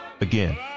Again